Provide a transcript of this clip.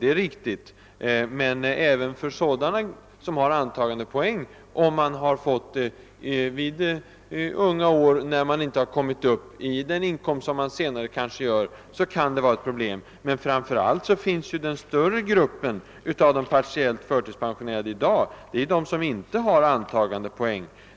Det kan emellertid vara problem även för sådana som har antagandepoäng, om de fått förtidspension vid unga år, innan de kommit upp i den inkomst som de senare kan komma upp i. Men framför allt finns den större gruppen av de partiellt förtidspensionerade i dag bland dem som inte har antagandepoäng.